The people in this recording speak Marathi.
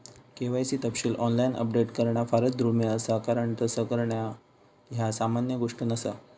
के.वाय.सी तपशील ऑनलाइन अपडेट करणा फारच दुर्मिळ असा कारण तस करणा ह्या सामान्य गोष्ट नसा